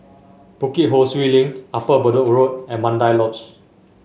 Bukit Ho Swee Link Upper Bedok Road and Mandai Lodge